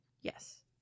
Yes